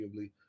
arguably